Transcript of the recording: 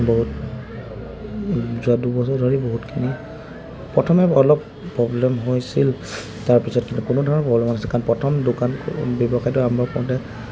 বহুত যোৱা দুবছৰ ধৰি বহুতখিনি প্ৰথমে অলপ প্ৰব্লেম হৈছিল তাৰপিছত কিন্তু কোনো ধৰণৰ প্ৰব্লেম হোৱা নাছিল কাৰণ প্ৰথম দোকান ব্যৱসায়টো আৰম্ভ কৰোঁতে